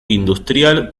industrial